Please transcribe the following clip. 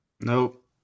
Nope